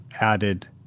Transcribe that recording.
added